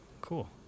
Cool